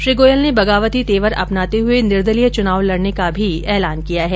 श्री गोयल ने बगावती तेवर अपनाते हुए निर्दलीय चुनाव लड़ने का भी ऐलान किया है